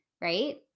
right